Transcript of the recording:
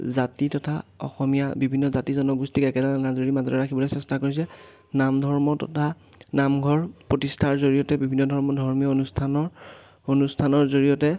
জাতি তথা অসমীয়া বিভিন্ন জাতি জনগোষ্ঠীক একেডাল এনাজৰিৰ মাজতে ৰাখিবলৈ চেষ্টা কৰিছে নাম ধৰ্ম তথা নামঘৰ প্ৰতিষ্ঠাৰ জৰিয়তে বিভিন্ন ধৰ্ম ধৰ্মীয় অনুষ্ঠানৰ অনুষ্ঠানৰ জৰিয়তে